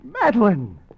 Madeline